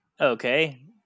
Okay